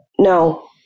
no